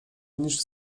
niż